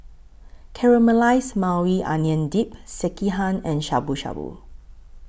Caramelized Maui Onion Dip Sekihan and Shabu Shabu